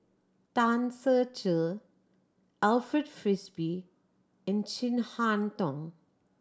Tan Ser Cher Alfred Frisby and Chin Harn Tong